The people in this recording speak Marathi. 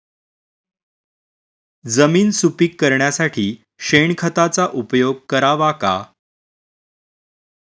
जमीन सुपीक करण्यासाठी शेणखताचा उपयोग करावा का?